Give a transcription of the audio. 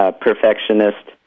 Perfectionist